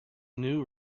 new